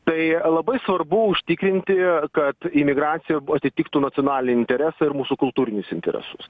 tai labai svarbu užtikrinti kad imigracija atitiktų nacionalinį interesą ir mūsų kultūrinius interesus